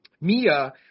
Mia